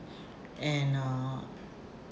and uh